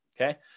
okay